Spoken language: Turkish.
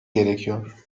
gerekiyor